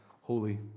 holy